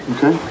Okay